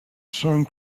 showing